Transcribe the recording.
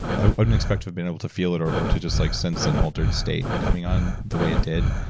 i wouldn't expect to have been able to feel it or or to just like sense an altered state coming on the way it did.